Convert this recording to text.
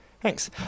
Thanks